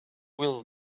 will